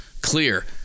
clear